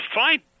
fine